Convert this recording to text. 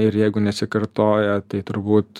ir jeigu nesikartoja tai turbūt